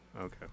okay